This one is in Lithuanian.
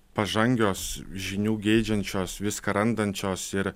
pažangios žinių geidžiančios viską randančios ir